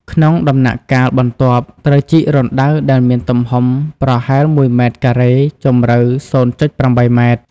ក្នុងដំណាក់កាលបន្ទាប់ ត្រូវជីករណ្ដៅដែលមានទំហំប្រហែល ១ ម៉ែត្រការ៉េ ជម្រៅ ០.៨ ម៉ែត្រ។